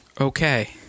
okay